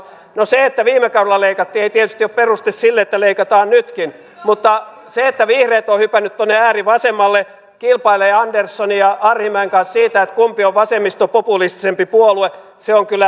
no se että viime kaudella leikattiin ei tietystikään ole peruste sille että leikataan nytkin mutta se että vihreät ovat hypänneet tuonne äärivasemmalle kilpailevat anderssonin ja arhinmäen kanssa siitä kumpi on vasemmistopopulistisempi puolue on kyllä läpinäkyvää